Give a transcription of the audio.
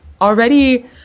already